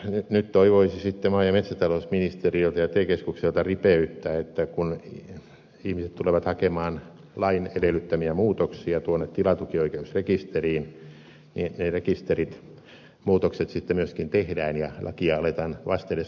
nyt toivoisi sitten maa ja metsätalousministeriöltä ja te keskukselta ripeyttä että kun ihmiset tulevat hakemaan lain edellyttämiä muutoksia tuonne tilatukioikeusrekisteriin niin ne rekisterimuutokset sitten myöskin tehdään ja lakia aletaan vastedes noudattaa